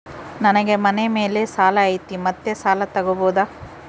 ನನಗೆ ಮನೆ ಮೇಲೆ ಸಾಲ ಐತಿ ಮತ್ತೆ ಸಾಲ ತಗಬೋದ?